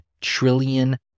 trillion